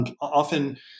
often